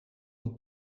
een